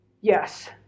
Yes